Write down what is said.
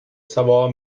savoir